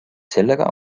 sellega